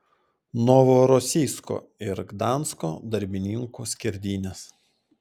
novorosijsko ir gdansko darbininkų skerdynės